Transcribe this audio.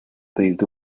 pedirte